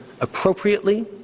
appropriately